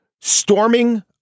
storming